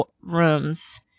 rooms